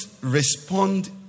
respond